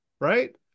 right